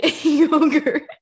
yogurt